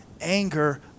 anger